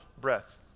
breath